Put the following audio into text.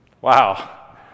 Wow